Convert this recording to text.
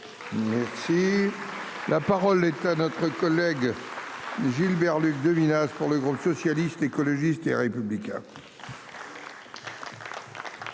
si la parole est à notre collègue. Gilbert Luc de ménage pour le groupe socialiste. L'écologiste et républicain.